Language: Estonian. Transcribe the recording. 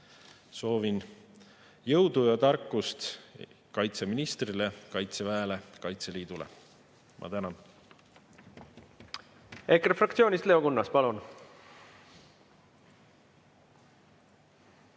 Soovin jõudu ja tarkust kaitseministrile, Kaitseväele ja Kaitseliidule. Tänan! EKRE fraktsioonist Leo Kunnas, palun!